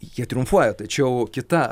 jie triumfuoja tačiau kita